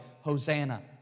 Hosanna